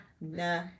Nah